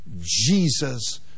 Jesus